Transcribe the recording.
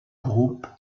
groupe